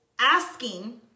asking